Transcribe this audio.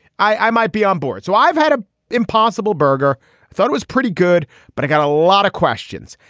i i might be on board so i've had a impossible burger. i thought it was pretty good but i got a lot of questions.